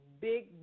big